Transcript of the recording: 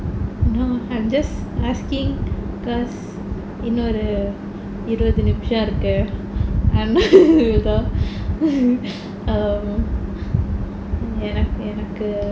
no I'm just asking because இன்னும் ஒரு இருபது நிமிஷம் இருக்கு அதான்:innum oru irubatu nimisham irukku athaan எனக்கு:enakku